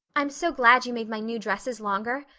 i'm so glad you made my new dresses longer.